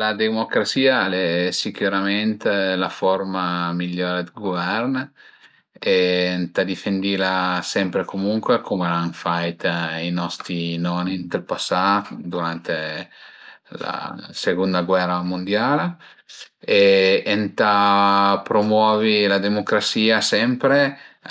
La democrasìa al e sicürament la forma migliore d'guvern e ëntà difendila sempre e comuncue cum al an fait i nosti noni ënt ël pasà durante la sëgunda ghera mundiala e ëntà promuovi la demucrasìa sempre